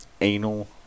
anal